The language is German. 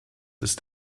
ist